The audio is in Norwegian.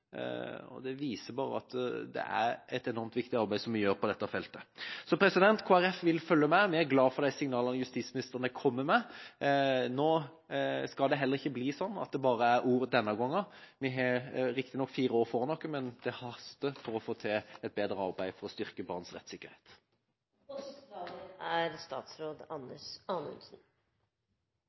tall. Det viser bare at det er et enormt viktig arbeid som vi gjør på dette feltet. Så Kristelig Folkeparti vil følge med. Vi er glad for de signalene justisministeren kommer med. Nå skal det heller ikke bli slik at det bare er ord denne gangen. Vi har riktignok fire år foran oss, men det haster for å få til et bedre arbeid for å styrke barns rettssikkerhet.